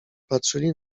patrzyli